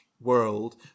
world